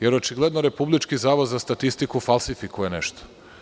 Jer očigledno republički zavod za statistiku falsifikuje nešto.